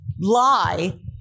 lie